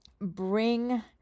bring